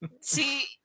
See